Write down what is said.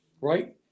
right